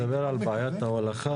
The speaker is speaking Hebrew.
אתה מדבר על בעיית ההולכה?